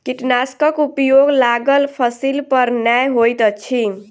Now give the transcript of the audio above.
कीटनाशकक उपयोग लागल फसील पर नै होइत अछि